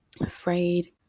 afraid